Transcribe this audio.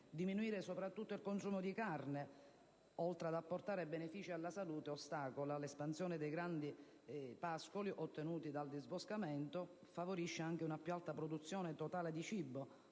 Ridurre il consumo di carne, oltre ad apportare benefici alla salute, ostacola l'espansione dei grandi pascoli ottenuti dal disboscamento, favorisce una più alta produzione totale di cibo